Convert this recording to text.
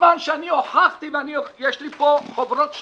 בזמן שהוכחתי, יש לי פה חוברות שלמות,